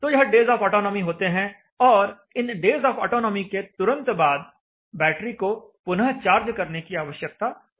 तो यह days of autonomy होते हैं और इन डेज ऑफ अटोनोमी के तुरंत बाद बैटरी को पुनः चार्ज करने की आवश्यकता होती है